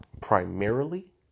primarily